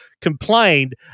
complained